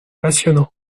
passionnant